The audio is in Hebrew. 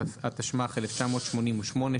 התשמ"ח-1988,